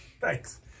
Thanks